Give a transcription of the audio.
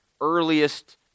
earliest